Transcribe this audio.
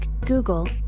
Google